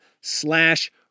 slash